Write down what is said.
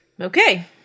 Okay